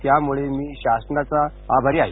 त्यामुळे मी शासनाचा आभारी आहे